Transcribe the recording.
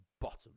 Bottom